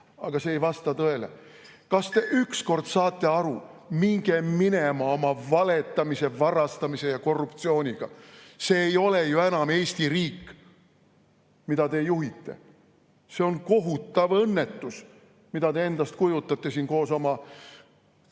Aga see ei vasta tõele. Kas te ükskord saate aru? Minge minema oma valetamise, varastamise ja korruptsiooniga! See ei ole ju enam Eesti riik, mida te juhite. See on kohutav õnnetus, mida te endast kujutate koos oma